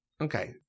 Okay